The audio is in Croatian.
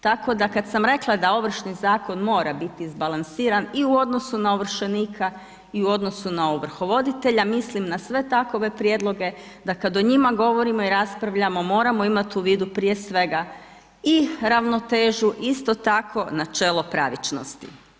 Tako da kada sam rekla da Ovršni zakon mora biti izbalansiran i u odnosu na ovršenika i u odnosu na ovrhovoditelja mislim na sve takove prijedloge da kada o njima govorimo i raspravljamo moramo imati u vidu prije svega i ravnotežu, isto tako načelo pravičnosti.